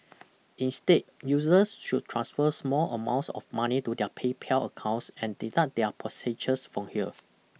instead users should transfer small amounts of money to their PayPal accounts and deduct their purchases from here